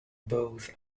both